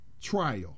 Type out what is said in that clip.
trial